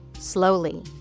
Slowly